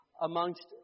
amongst